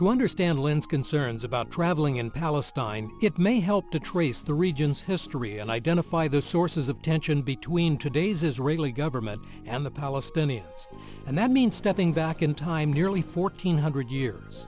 to understand lynn's concerns about traveling in palestine it may help to trace the region's history and identify the sources of tension between today's israeli government and the palestinians and that means stepping back in time nearly fourteen hundred years